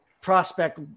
prospect